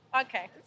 Okay